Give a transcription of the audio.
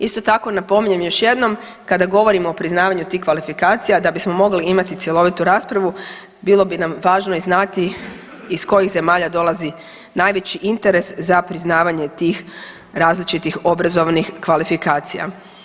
Isto tako napominjem još jednom kada govorimo o priznavanju tih kvalifikacija da bismo mogli imati cjelovitu raspravu, bilo bi nam važno i znati iz kojih zemalja dolazi najveći interes za priznavanje tih različitih obrazovnih kvalifikacija.